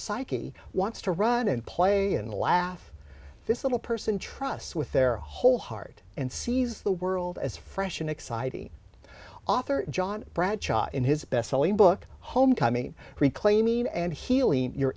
psyche wants to run and play and laugh this little person trusts with their whole heart and sees the world as fresh and exciting author john bradshaw in his bestselling book homecoming reclaiming and healy your